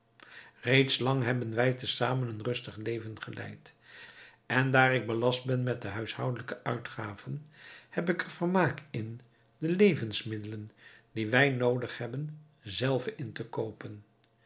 reeds lang hebben wij te zamen een rustig leven geleid en daar ik belast ben met de huishoudelijke uitgaven heb ik er vermaak in de levensmiddelen die wij noodig hebben zelve in te koopen